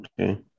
Okay